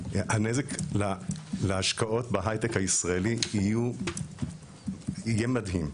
הנזק להשקעות בהייטק הישראלי יהיה מדהים.